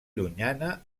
llunyana